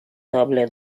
tablet